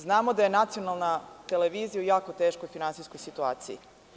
Znamo da je nacionalna televizija u jako teškoj finansijskoj situaciji.